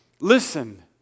Listen